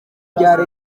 rya